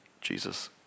Jesus